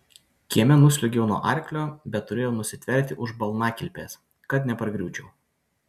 kieme nusliuogiau nuo arklio bet turėjau nusitverti už balnakilpės kad nepargriūčiau